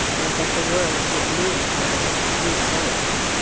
than that the world should lose one of its true poets!